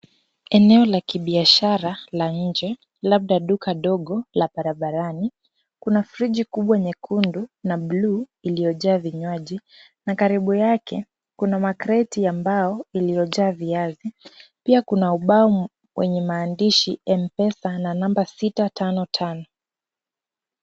Eneo la kibiashara la nje labda duka dogo la barabarani. Kuna friji kubwa nyekundu na buluu iliyojaa vinywaji na karibu yake kuna makreti ya mbao iliyojaa viazi. Pia kuna ubao wenye maandishi Mpesa na namba 655.